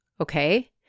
Okay